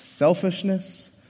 selfishness